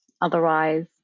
otherwise